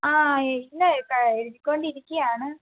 ആ ഇന്ന് ഇതാ എഴുതിക്കൊണ്ടിരിക്കുകയാണ്